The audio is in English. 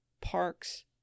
Parks